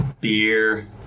beer